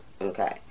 okay